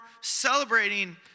celebrating